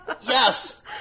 yes